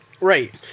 Right